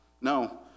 No